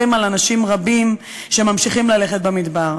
על אנשים רבים שממשיכים ללכת במדבר.